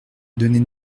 donnez